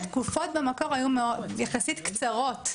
התקופות במקור היו יחסית קצרות.